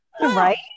Right